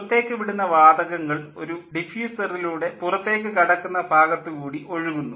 പുറത്തേക്ക് വിടുന്ന വാതകങ്ങൾ ഒരു ഡിഫ്യൂസറിലൂടെ പുറത്തേക്കു കടക്കുന്ന ഭാഗത്തു കൂടി ഒഴുകുന്നു